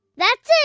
that's it.